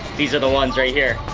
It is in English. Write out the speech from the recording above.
these are the ones right here.